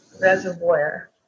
reservoir